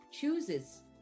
chooses